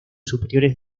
superiores